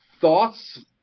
thoughts